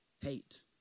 hate